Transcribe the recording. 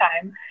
time